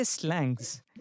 slangs